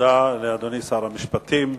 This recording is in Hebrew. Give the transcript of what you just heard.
תודה לאדוני שר המשפטים.